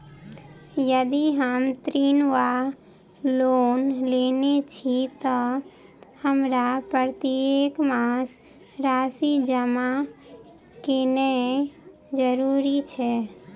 यदि हम ऋण वा लोन लेने छी तऽ हमरा प्रत्येक मास राशि जमा केनैय जरूरी छै?